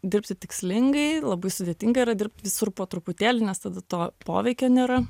dirbti tikslingai labai sudėtinga yra dirbt visur po truputėlį nes tada to poveikio nėra